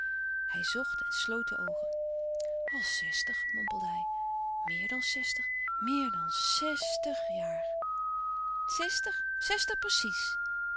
hij zocht en sloot de oogen al zestig mompelde hij meer dan zestig meer dan zèstig jaar zestig zestig precies